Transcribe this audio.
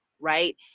right